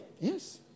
yes